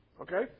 Okay